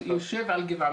שהוא יושב על גבעה,